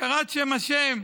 הזכרת שם ה'